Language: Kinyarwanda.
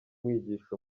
mwigisha